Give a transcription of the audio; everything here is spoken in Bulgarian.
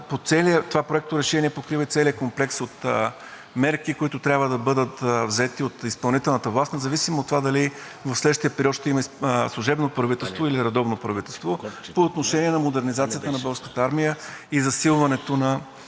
това проекторешение покрива целия комплекс от мерки, които трябва да бъдат взети от изпълнителната власт, независимо от това дали в следващия период ще има служебно правителство, или редовно правителство, по отношение на модернизацията на Българската армия и засилването на